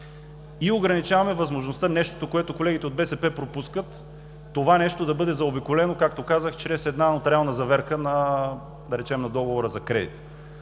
и ограничаваме възможността – нещо, което колегите от БСП пропускат, това да бъде заобиколено, както казах, чрез нотариална заверка, да речем, на договора за кредит.